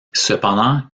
cependant